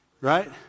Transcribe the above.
Right